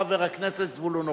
חבר הכנסת זבולון אורלב.